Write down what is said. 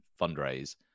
fundraise